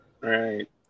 Right